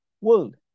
world